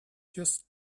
just